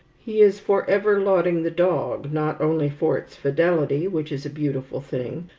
he is forever lauding the dog, not only for its fidelity, which is a beautiful thing,